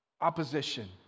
opposition